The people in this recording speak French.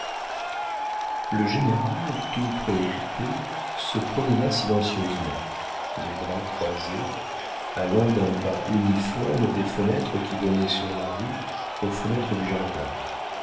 le général tout préoccupé se promena silencieusement les bras croisés allant d'un pas uniforme des fenêtres qui donnaient sur la rue aux fenêtres du jardin